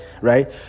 right